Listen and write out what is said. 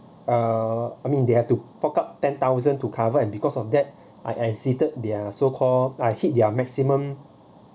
err I mean they have to fork out ten thousand to cover and because of that I exited their so called I hit their maximum